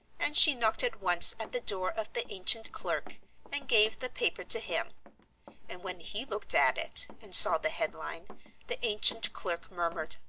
and she knocked at once at the door of the ancient clerk and gave the paper to him and when he looked at it and saw the headline the ancient clerk murmured,